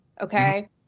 okay